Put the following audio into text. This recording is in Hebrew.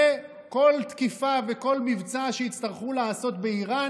וכל תקיפה וכל מבצע שיצטרכו לעשות באיראן,